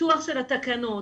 בפיתוח התקנות,